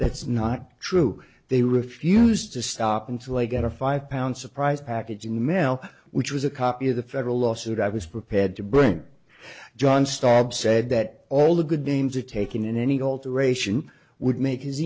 that's not true they refused to stop until i got a five pound surprise package in the mail which was a copy of the federal lawsuit i was prepared to bring john stop said that all the good names are taken in any alteration would make his